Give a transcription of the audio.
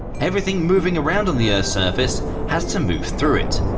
everything moving around on the earth's surface has to move through it,